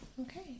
okay